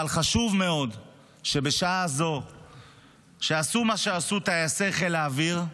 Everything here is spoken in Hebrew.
אבל חשוב מאוד שבשעה הזו שעשו מה שעשו טייסי חיל האוויר,